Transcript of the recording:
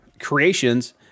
creations